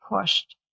pushed